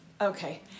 Okay